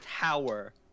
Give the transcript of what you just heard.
tower